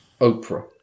Oprah